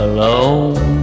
Alone